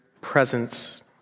presence